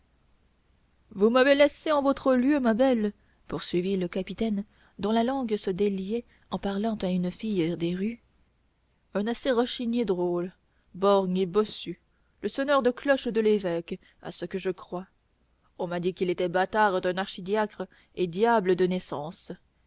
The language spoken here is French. vous m'avez laissé en votre lieu ma belle poursuivit le capitaine dont la langue se déliait en parlant à une fille des rues un assez rechigné drôle borgne et bossu le sonneur de cloches de l'évêque à ce que je crois on m'a dit qu'il était bâtard d'un archidiacre et diable de naissance